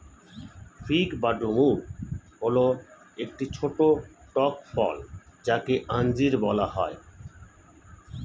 fig বা ডুমুর হল একটি ছোট্ট টক ফল যাকে আঞ্জির বলা হয়